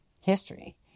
history